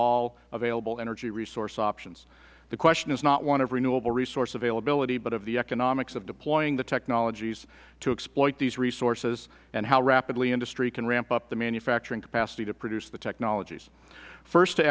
all available energy resource options the question is not one of renewable resource availability but of the economics of deploying the technologies to exploit these resources and how rapidly industry can ramp up the manufacturing capacity to produce the technologies first to